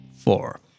Four